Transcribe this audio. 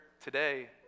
today